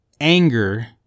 anger